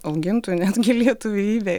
augintų netgi lietuvybę